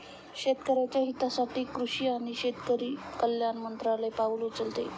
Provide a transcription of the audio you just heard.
शेतकऱ्याच्या हितासाठी कृषी आणि शेतकरी कल्याण मंत्रालय पाउल उचलते